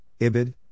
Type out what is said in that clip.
Ibid